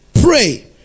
pray